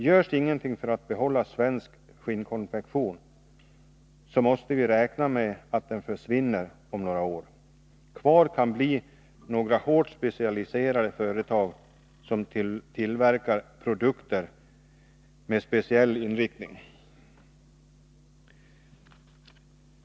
Görs ingenting för att behålla svensk skinnkonfektion, så måste vi räkna med att denna försvinner om några år. Kvar kan bli några hårt specialiserade företag som bara tillverkar produkter med speciell inriktning.